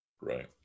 right